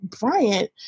Bryant